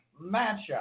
matchup